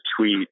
tweet